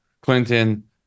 Clinton